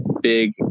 big